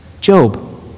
Job